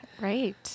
Right